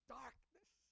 darkness